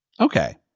Okay